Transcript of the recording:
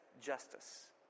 justice